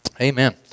Amen